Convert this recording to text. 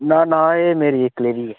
ना ना एह् मेरे इक्कले दी ऐ